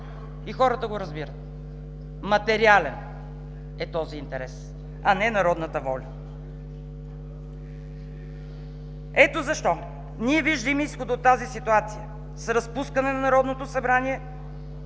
и хората го разбират – материален е този интерес, а не народната воля. Ето защо ние виждаме изхода от тази ситуация с разпускане на Народното събрание